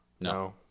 No